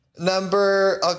Number